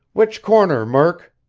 which corner, murk?